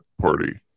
party